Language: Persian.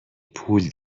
پول